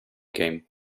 game